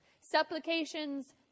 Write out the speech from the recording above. Supplications